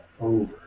over